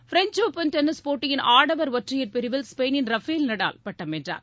French Open tennis போட்டியின் ஆடவர் ஒற்றையர் பிரிவில் ஸ்பெயினின் ரபேல் நடால் பட்டம் வென்றார்